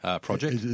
project